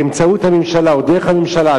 באמצעות הממשלה או דרך הממשלה,